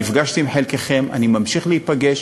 נפגשתי עם חלקכם, אני ממשיך להיפגש,